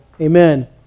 amen